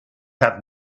have